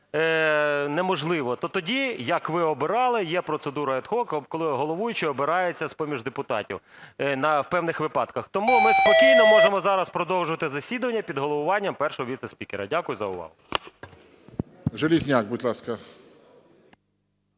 неможливо, то тоді, як ви обирали, є процедура аd hoc, коли головуючий обирається з-поміж депутатів в певних випадках. Тому ми спокійно можемо зараз продовжувати засідання під головуванням першого віцеспікера. Дякую за увагу.